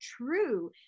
true